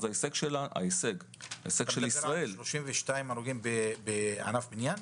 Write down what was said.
אז ההישג של ישראל --- אתה מדבר על 32 הרוגים בענף הבנייה?